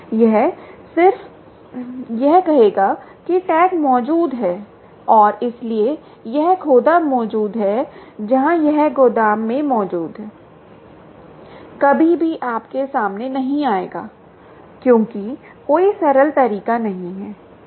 यह सिर्फ यह कहेगा कि टैग मौजूद है और इसलिए यह खोदा मौजूद है जहां यह गोदाम में मौजूद है कभी भी आपके सामने नहीं आएगा क्योंकि कोई सरल तरीका नहीं है